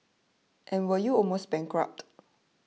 and were you almost bankrupted